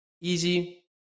Easy